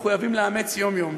מחויבים לאמץ יום-יום: